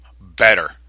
better